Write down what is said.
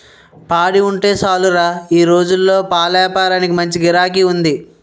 పాడి ఉంటే సాలురా ఈ రోజుల్లో పాలేపారానికి మంచి గిరాకీ ఉంది